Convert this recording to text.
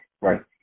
right